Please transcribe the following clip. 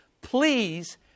Please